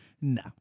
No